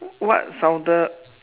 what sounded